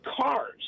cars